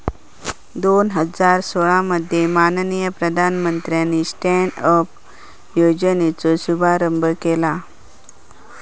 दोन हजार सोळा मध्ये माननीय प्रधानमंत्र्यानी स्टॅन्ड अप योजनेचो शुभारंभ केला